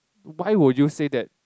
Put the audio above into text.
why would you say that